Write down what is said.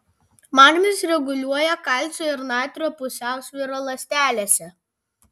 magnis reguliuoja kalcio ir natrio pusiausvyrą ląstelėse